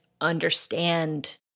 understand –